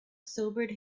sobered